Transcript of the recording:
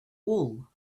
wool